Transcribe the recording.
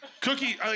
Cookie